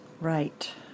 right